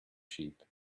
sheep